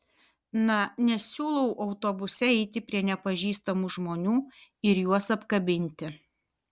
na nesiūlau autobuse eiti prie nepažįstamų žmonių ir juos apkabinti